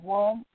one